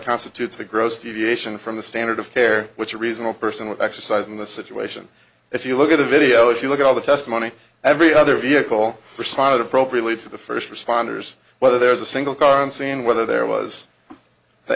constitutes a gross deviation from the standard of care which a reasonable person would exercise in the situation if you look at the video if you look at all the testimony every other vehicle responded appropriately to the first responders whether there's a single car and seeing whether there was the